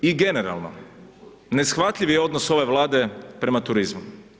I generalno, neshvatljiv je odnos ove Vlade prema turizmu.